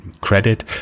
Credit